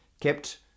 kept